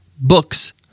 books